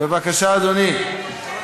בבקשה, אדוני.